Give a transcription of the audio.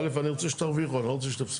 א', אני רוצה שתרוויחו, אני לא רוצה שתפסידו.